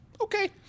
Okay